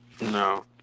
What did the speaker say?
No